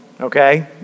okay